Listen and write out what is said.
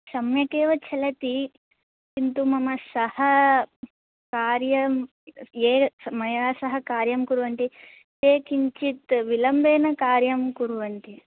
सम्यकेव चलति किन्तु मम सह कार्यं ये मया सह कार्यं कुर्वन्ति ते किञ्चित् विलम्बेन कार्यं कुर्वन्ति